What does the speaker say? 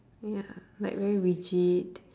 ya like very rigid